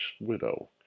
widow